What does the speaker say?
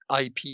ip